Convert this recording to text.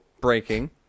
breaking